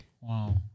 Wow